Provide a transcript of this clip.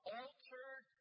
altered